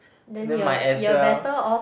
then might as well